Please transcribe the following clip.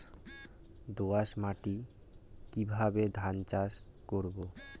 দোয়াস মাটি কিভাবে ধান চাষ করব?